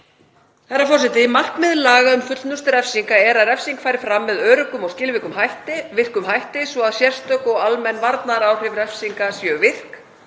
Herra forseti. Markmið laga um fullnustu refsinga er að refsing fari fram með öruggum og skilvirkum hætti svo sérstök og almenn varnaðaráhrif refsinga séu virk